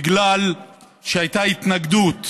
בגלל שהייתה אז התנגדות